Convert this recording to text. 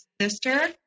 sister